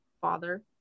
father